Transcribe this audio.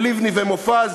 לבני ומופז.